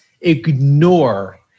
ignore